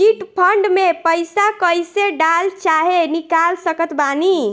Chit fund मे पईसा कईसे डाल चाहे निकाल सकत बानी?